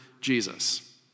Jesus